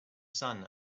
sun